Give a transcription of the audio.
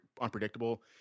unpredictable